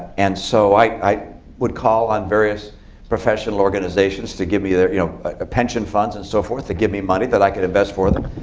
and so i i would call on various professional organizations to give me you know ah pension funds and so forth to give me money that i could invest for them.